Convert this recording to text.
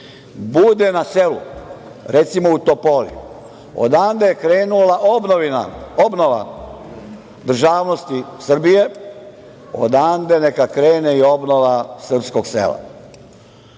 bude na selu, recimo u Topoli. Odande je krenula obnova državnosti Srbije, odande neka krene i obnova srpskog sela. Imamo